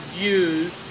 use